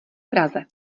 praze